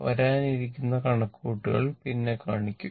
വരാനിരിക്കുന്ന കണക്കുകൂട്ടൽ പിന്നീട് കാണിക്കും